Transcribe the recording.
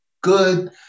good